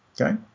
okay